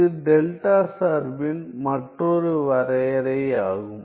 இது டெல்டா சார்பின் மற்றொரு வரையறை ஆகும்